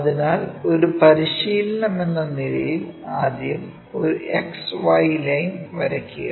അതിനാൽ ഒരു പരിശീലനമെന്ന നിലയിൽ ആദ്യം ഒരു XY ലൈൻ വരയ്ക്കുക